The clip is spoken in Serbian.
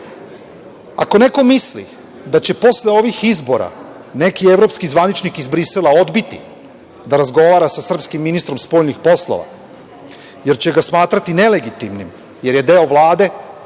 neko misli da će posle ovih izbora neki evropski zvaničnik iz Brisela odbiti da razgovara sa srpskim ministrom spoljnih poslova, jer će ga smatrati nelegitimnim jer je deo Vlade